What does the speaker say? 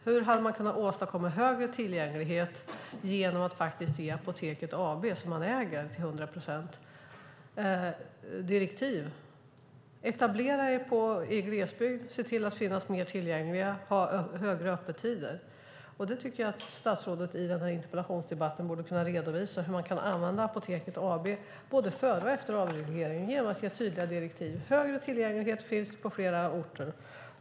Hur hade man kunnat åstadkomma högre tillgänglighet genom att ge Apoteket AB, som man äger till 100 procent, direktiv? Etablera er i glesbygd! Se till att vara mer tillgängliga! Ha längre öppettider! Jag tycker att statsrådet i denna interpellationsdebatt borde kunna redovisa hur man kan använda Apoteket AB, både före och efter avregleringen, genom att ge tydliga direktiv om bättre tillgänglighet och etablering på fler orter.